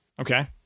okay